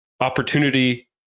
Opportunity